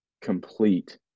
complete